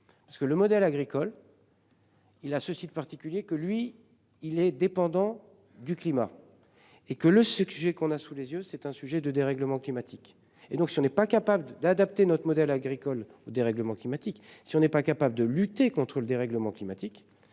parce que le modèle agricole. Il a ceci de particulier que lui il est dépendant du climat. Et que le sujet qu'on a sous les yeux, c'est un sujet de dérèglement climatique et donc ce n'est pas capable de, d'adapter notre modèle agricole au dérèglement climatique. Si on n'est pas capable de lutter contre le dérèglement climatique.